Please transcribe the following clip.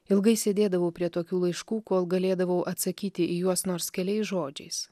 ilgai sėdėdavau prie tokių laiškų kol galėdavau atsakyti į juos nors keliais žodžiais